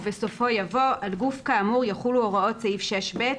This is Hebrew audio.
ובסופו יבוא "על גוף כאמור יחולו הוראות סעיף 6ב,